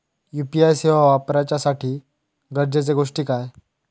UPI सेवा वापराच्यासाठी गरजेचे गोष्टी काय?